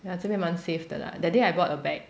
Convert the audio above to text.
ya 这边蛮 safe 的啦 that day I bought a bag